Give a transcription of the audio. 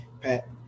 Pat